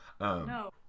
No